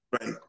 Right